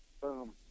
boom